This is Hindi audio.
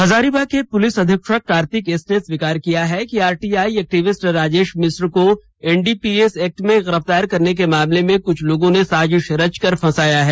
हजारीबाग के पुलिस अधीक्षक कार्तिक एस ने स्वीकार किया कि आरटीआई एक्टिविस्ट राजेश मिश्रा को एनडीपीएस एक्ट में गिरफ्तार करने के मामले में कुछ लोगों ने साजिश रचकर फंसाया है